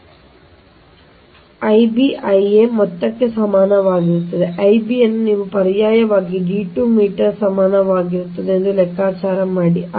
ಆದ್ದರಿಂದ Ia I b ನಂತರ ಇಲ್ಲಿ ನೀವು I a ಅನ್ನು ಬದಲಿಸುತ್ತೀರಿ ಮತ್ತು I b Ia ಈ ಮೊತ್ತಕ್ಕೆ ಸಮಾನವಾಗಿರುತ್ತದೆ I b ಈ ಹೆಚ್ಚು ನೀವು ಪರ್ಯಾಯವಾಗಿ D2 ಮೀಟರ್ ಸಮಾನವಾಗಿರುತ್ತದೆ ಮತ್ತು ಲೆಕ್ಕಾಚಾರ ಮಾಡಿ